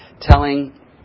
telling